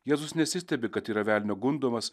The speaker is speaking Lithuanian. jėzus nesistebi kad yra velnio gundomas